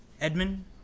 Edmund